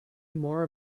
more